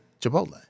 Chipotle